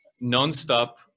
non-stop